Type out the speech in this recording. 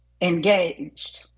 engaged